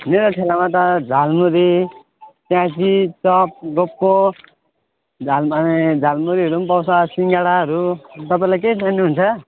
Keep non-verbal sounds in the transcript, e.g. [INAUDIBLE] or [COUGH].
मेरो ठेलामा त झालमुरी प्याजी चप [UNINTELLIGIBLE] झाल माने झालमुरीहरू पनि पाउँछ सिङ्गडाहरू तपाईँलाई के खानुहुन्छ